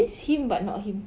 it's him but not him